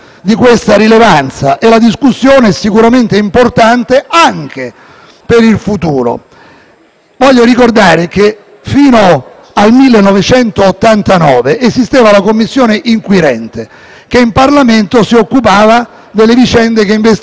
Vorrei ricordare che fino al 1989 esisteva la Commissione inquirente, che in Parlamento si occupava delle vicende che investivano in termini giudiziari i membri del Governo; ci fu un *referendum*